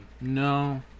No